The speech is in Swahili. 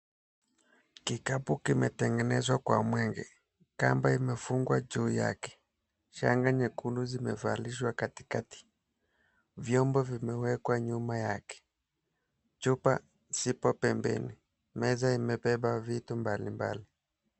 Kikapu kimetengenezwa kwa mwenge. Kamba imefungwa juu yake, shanga nyekundu zimevalishwa katikati. Vyombo vimewekwa nyuma yake, chupa zipo pembeni. Meza imebeba vitu mbalimbali.